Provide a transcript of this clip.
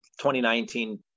2019